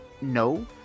No